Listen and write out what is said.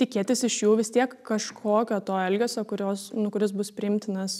tikėtis iš jų vis tiek kažkokio to elgesio kurios nu kuris bus priimtinas